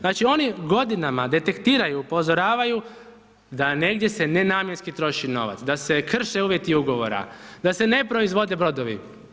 Znači ono godinama detektiraju, upozoravaju da negdje se nenamjenski troši novac, da se krše uvjeti ugovora, da se ne proizvode brodovi.